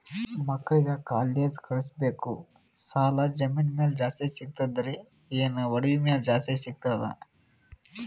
ಮಕ್ಕಳಿಗ ಕಾಲೇಜ್ ಕಳಸಬೇಕು, ಸಾಲ ಜಮೀನ ಮ್ಯಾಲ ಜಾಸ್ತಿ ಸಿಗ್ತದ್ರಿ, ಏನ ಒಡವಿ ಮ್ಯಾಲ ಜಾಸ್ತಿ ಸಿಗತದ?